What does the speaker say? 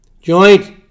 joint